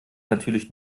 natürlich